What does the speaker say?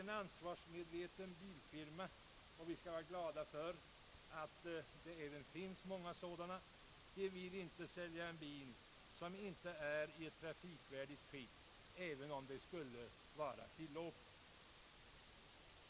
En ansvarsmedveten bilfirma — och vi skall vara glada för att det också finns många sådana — vill inte heller sälja en bil som inte är trafikduglig, även om det skulle vara tillåtet.